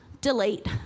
delete